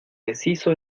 deshizo